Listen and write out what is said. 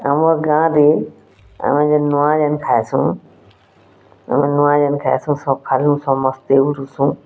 ଆମର୍ ଗାଁରେ ଆମେ ଯେନ୍ ନୂଆ ଯେନ୍ ଖାଏସୁଁ ଆମେ ନୂଆ ଯେନ୍ ଖାଏସୁଁ ସକାଲୁ ସମସ୍ତେ ଉଠ୍ସୁଁ